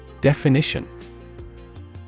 Definition